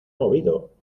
movido